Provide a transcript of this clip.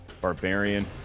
barbarian